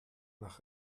nach